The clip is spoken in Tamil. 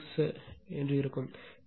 866 ஆக இருக்கும் பின்னர் 0